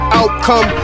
outcome